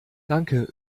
danke